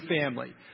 family